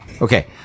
Okay